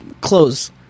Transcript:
Close